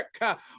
work